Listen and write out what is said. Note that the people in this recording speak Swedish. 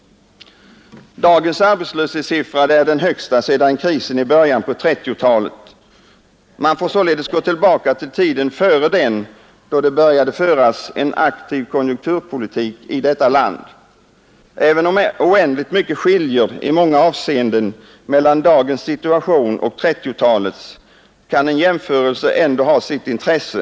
Dagens arbetslöshetssiffra är den högsta sedan krisen i början på 1930-talet. För att finna en jämförelse får man således gå tillbaka till en period som ligger före den tid då det började föras en aktiv konjunkturpolitik i vårt land. Även om oändligt mycket skiljer i många avseenden mellan dagens situation och 1930-talets, kan en jämförelse ändå ha visst intresse.